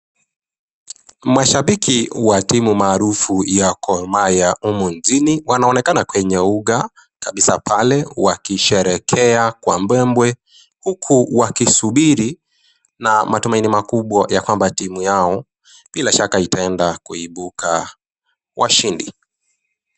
Mashabiki wa timu maarufu ya Gor Mahia humu nchini, wanaonekana kwenye uga, kabisa pale wakisherehekea kwa mbwembwe, huku wakisubiri na matumaini makubwa, ya kwamba timu yao, bila shaka itaenda kuibuka washindi